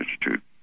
institute